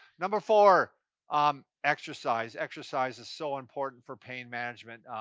number four um exercise. exercise is so important for pain management.